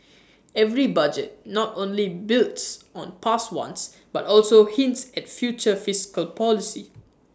every budget not only builds on past ones but also hints at future fiscal policy